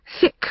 thick